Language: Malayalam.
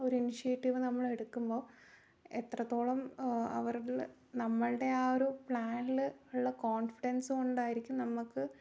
ഒരു ഇൻഷിയേറ്റീവ് നമ്മൾ എടുക്കുമ്പോൾ എത്രത്തോളം അവരിൽ നമ്മളുടെ ആ ഒരു പ്ലാനിൽ ഉള്ള കോൺഫിഡൻസ് കൊണ്ടായിരിക്കും നമ്മൾക്ക്